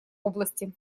области